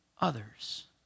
others